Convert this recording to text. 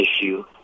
issue